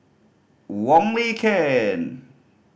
Wong Lin Ken